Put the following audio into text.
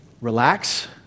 relax